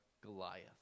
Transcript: Goliath